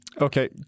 Okay